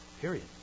Period